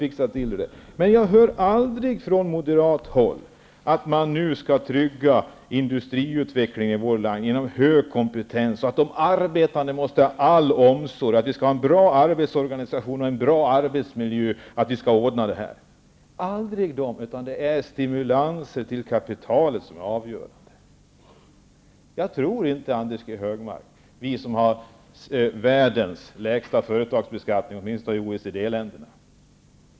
Jag hör emellertid aldrig från moderat håll att man nu genom hög kompetens skall trygga industriutvecklingen i vårt land, att de arbetande behöver all omsorg och att vi skall ha en bra arbetsorganisation och en bra arbetsmiljö för att kunna ordna det hela. Det sägs aldrig, utan det är kapitalstimulanser som är avgörande. Jag tror inte, Anders G. Högmark, att det är de frågorna som är helt avgörande för oss som har världens lägsta företagsbeskattning, åtminstone i OECD-länderna.